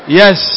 yes